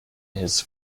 his